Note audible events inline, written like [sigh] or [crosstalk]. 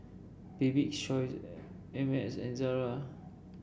Bibik's Choice [unintelligible] Ameltz and Zara